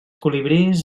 colibrís